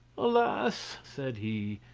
alas! said he,